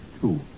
Two